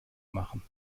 machen